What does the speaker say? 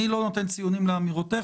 אני לא נותן ציונים לאמירותיך.